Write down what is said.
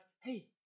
hey